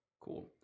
Cool